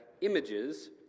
images